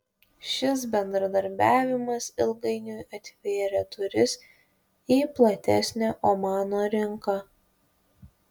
šis bendradarbiavimas ilgainiui atvėrė duris į platesnę omano rinką